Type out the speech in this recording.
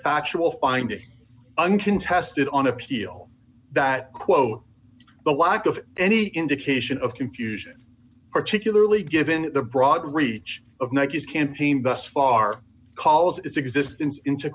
factual finding uncontested on appeal that quote the lack of any indication of confusion particularly given the broad reach of nike's campaign bus far calls its existence into